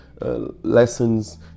lessons